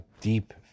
deep